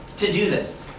to do this?